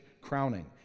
crowning